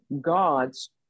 God's